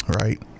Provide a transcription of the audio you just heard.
right